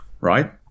Right